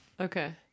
Okay